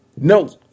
No